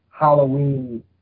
Halloween